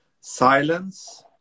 silence